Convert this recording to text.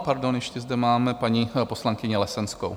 Pardon, ještě zde máme paní poslankyni Lesenskou.